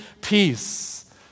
peace